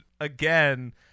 again